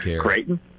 Creighton